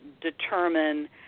determine